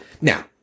Now